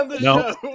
no